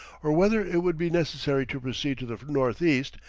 or whether it would be necessary to proceed to the northeast,